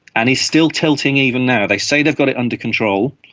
and is still tilting even now. they say they've got it under control,